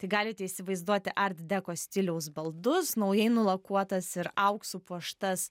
tai galite įsivaizduoti artdeko stiliaus baldus naujai nulakuotas ir auksu puoštas